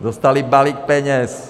Dostali balík peněz.